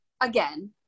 again